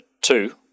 two